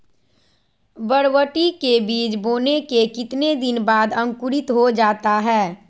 बरबटी के बीज बोने के कितने दिन बाद अंकुरित हो जाता है?